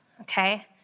okay